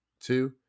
two